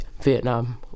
Vietnam